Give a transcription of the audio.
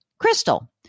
Crystal